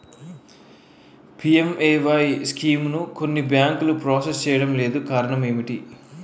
PMAY స్కీమును కొన్ని బ్యాంకులు ప్రాసెస్ చేయడం లేదు కారణం ఏమిటి?